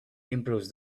improves